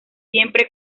siempre